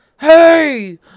Hey